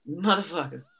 motherfucker